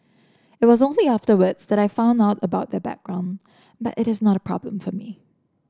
it was only afterwards that I found out about their background but it is not a problem for me